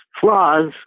flaws